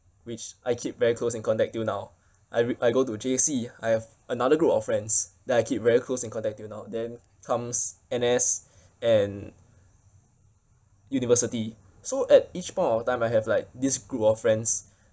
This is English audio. which I keep very close in contact till now I re~ I go to J_C I have another group of friends that I keep very close in contact till now then comes N_S and university so at each point of time I have like this group of friends